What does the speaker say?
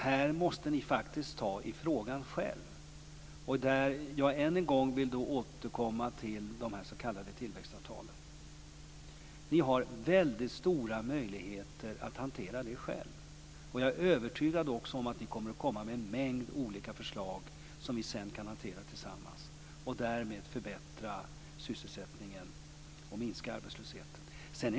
Ni måste faktiskt ta i frågan själva. Jag vill än en gång återkomma till de s.k. tillväxtavtalen. Ni har väldigt stora möjligheter att hantera detta själva. Jag är övertygad om att ni kommer att komma med en mängd olika förslag som vi sedan kan hantera tillsammans och därmed förbättra sysselsättningen och minska arbetslösheten.